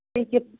skip